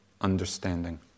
understanding